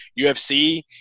UFC